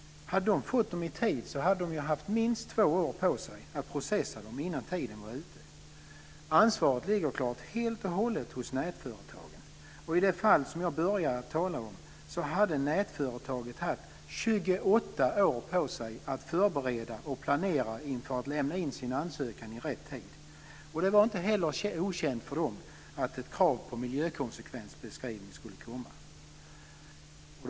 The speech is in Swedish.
Hade de fått dem i tid hade de ju haft minst två år på sig att processa dem innan tiden var ute. Ansvaret ligger helt och hållet hos nätföretagen. I det fall som jag började med att tala om hade nätföretaget haft 28 år på sig att förbereda och planera för att lämna in sin ansökan i rätt tid. Det var inte heller okänt för dem att ett krav på miljökonsekvensbeskrivning skulle komma.